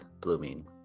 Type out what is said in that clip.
blooming